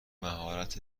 مهارت